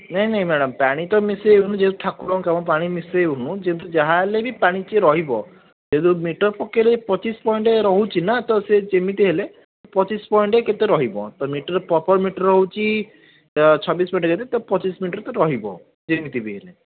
ନାହିଁ ନାହିଁ ମ୍ୟାଡ଼ାମ୍ ପାଣି ତ ମିଶାଇବୁନୁ ଯେହେତୁ ଠାକୁରଙ୍କ କାମ ପାଣି ମିଶାଇବୁନୁ କିନ୍ତୁ ଯାହା ହେଲେ ବି ପାଣି ଟିକେ ରହିବ ମିଟର ପକାଇଲେ ପଚିଶ ପଏଣ୍ଟ ରହୁଛି ନା ତ ସେ ଯେମିତି ହେଲେ ପଚିଶ ପଏଣ୍ଟ କେତେ ରହିବ ମିଟର ପ୍ରପର୍ ମିଟର ହେଉଛି ଛବିଶ ମିଟର ଯଦି ପଚିଶ ମିଟର ତ ରହିବ ଯେମିତି ବି ହେଲେ